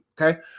okay